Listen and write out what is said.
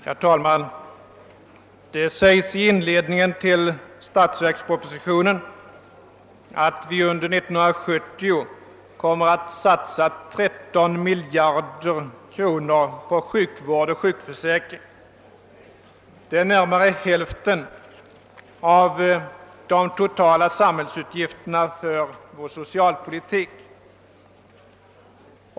Herr talman! I inledningen till statsverkspropositionen sägs att vi under 1970 kommer att satsa 13 miljarder kronor på sjukvård och sjukförsäkring. Det är nära hälften av de totala samhällsutgifterna för vår socialpolitik.